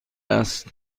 است